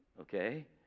okay